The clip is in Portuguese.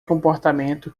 comportamento